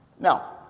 Now